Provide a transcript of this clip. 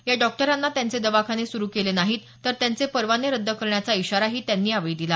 या डॉक्टरांना त्यांचे दवाखाने सुरू केले नाही तर त्यांचे परवाने रद्द करण्याचा इशारा त्यांनी यावेळी दिला